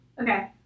Okay